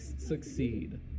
succeed